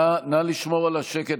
נא לשמור על השקט,